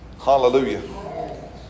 Hallelujah